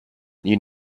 you